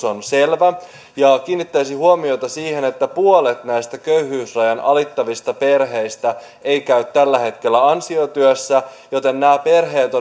on selvä ja kiinnittäisin huomiota siihen että puolet näistä köyhyysrajan alittavista perheistä ei käy tällä hetkellä ansiotyössä joten nämä perheet